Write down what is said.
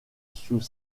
sous